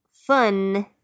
fun